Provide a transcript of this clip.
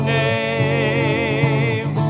name